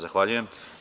Zahvaljujem.